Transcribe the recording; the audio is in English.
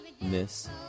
miss